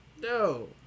No